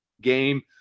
game